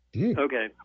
Okay